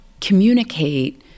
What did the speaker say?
communicate